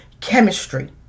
chemistry